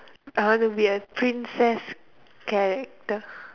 I want to be a princess character